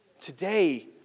Today